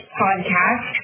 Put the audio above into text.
podcast